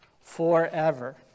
forever